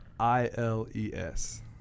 I-L-E-S